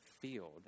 field